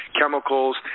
chemicals